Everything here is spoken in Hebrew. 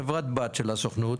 חברת בת של הסוכנות.